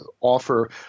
offer